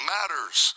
Matters